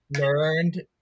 Learned